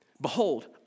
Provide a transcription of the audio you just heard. Behold